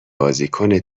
بازیکن